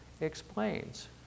explains